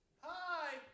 Hi